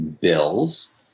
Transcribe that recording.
bills